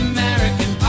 American